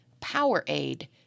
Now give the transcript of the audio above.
Powerade